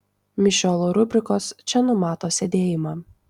mišiolo rubrikos čia numato sėdėjimą